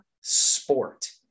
Sport